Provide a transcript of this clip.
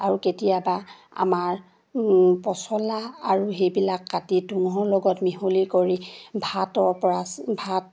আৰু কেতিয়াবা আমাৰ পচলা আৰু সেইবিলাক কাটি তুঁহৰ লগত মিহলি কৰি ভাতৰ পৰা ভাত